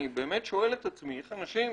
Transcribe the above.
אני באמת שואל את עצמי איך אנשים